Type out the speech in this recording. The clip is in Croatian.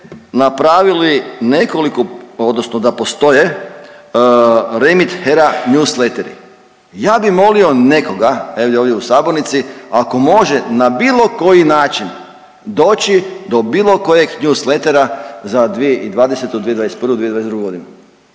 napravili nekoliko odnosno da postoje REMIT HERA NEWSLETTERI. Ja bi molio nekoga evo ovdje u sabornici ako može na bilo koji način doći do bilo kojeg NEWSLETTERA za 2020., 2021. i 2022.g.,